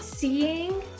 Seeing